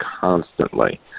constantly